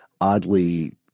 oddly